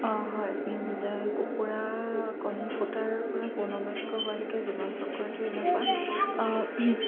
অ' হয় কুকুৰা কণী ফুটাৰপৰা পূৰ্ণবয়স্ক হোৱালৈকে জীৱন চক্ৰটো এনেকুৱা